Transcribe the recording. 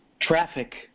traffic